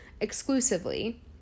exclusively